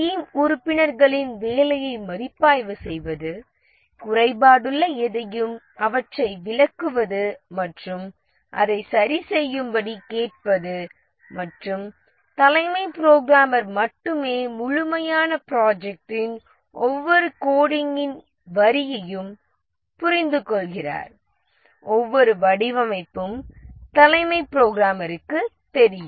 team உறுப்பினர்களின் வேலையை மதிப்பாய்வு செய்வது குறைபாடுள்ள எதையும் அவற்றை விளக்குவது மற்றும் அதை சரி செய்யும்படி கேட்பது மற்றும் தலைமை புரோகிராமர் மட்டுமே முழுமையான ப்ராஜெக்ட்டின் ஒவ்வொரு கோடிங்கின் வரியையும் புரிந்துகொள்கிறார் ஒவ்வொரு வடிவமைப்பும் தலைமை புரோகிராமருக்குத் தெரியும்